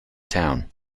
town